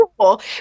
cool